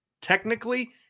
technically